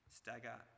stagger